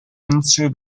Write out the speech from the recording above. into